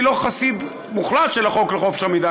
אני לא חסיד מוחלט של החוק לחופש המידע.